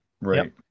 right